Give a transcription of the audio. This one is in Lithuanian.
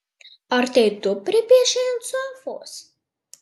ar tai tu pripiešei ant sofos